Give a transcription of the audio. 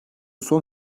son